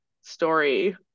story